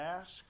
ask